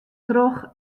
troch